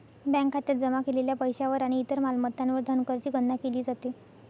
bank खात्यात जमा केलेल्या पैशावर आणि इतर मालमत्तांवर धनकरची गणना केली जाते